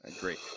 Great